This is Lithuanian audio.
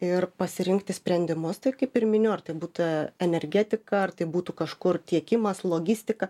ir pasirinkti sprendimus tai kaip ir minėjau ar tai būtų energetika ar tai būtų kažkur tiekimas logistika